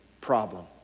problem